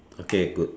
okay good